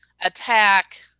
attack